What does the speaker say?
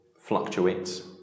fluctuates